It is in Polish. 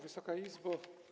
Wysoka Izbo!